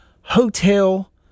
hotel